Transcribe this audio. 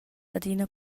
adina